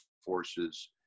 forces